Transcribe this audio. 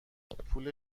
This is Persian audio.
پول